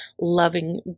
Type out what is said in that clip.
loving